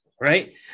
right